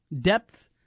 Depth